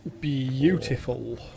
beautiful